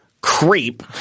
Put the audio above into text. creep